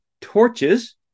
torches